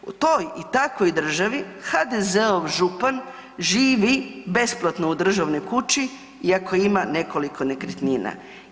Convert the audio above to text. U toj i takvoj državi HDZ-ov župan živi besplatno u državnoj kući iako ima nekoliko nekretnina.